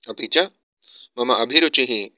अपि च मम अभिरुचिः